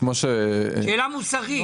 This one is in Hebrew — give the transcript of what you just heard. מבחינה מוסרית,